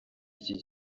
iki